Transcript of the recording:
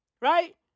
Right